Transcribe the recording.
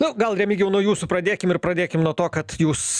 nu gal remigijau nuo jūsų pradėkim ir pradėkim nuo to kad jūs